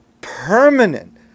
permanent